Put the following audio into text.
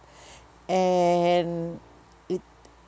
and it